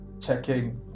checking